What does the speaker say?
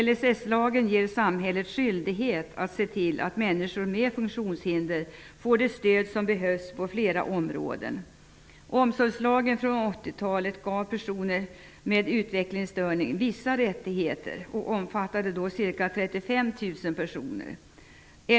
LSS-lagen ger samhället skyldighet att se till att människor med funktionshinder får det stöd som behövs på flera områden. Omsorgslagen från 80-talet gav personer med utvecklingsstörning vissa rättigheter. Den omfattade ca 35 000 personer.